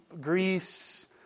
Greece